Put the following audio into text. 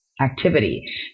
activity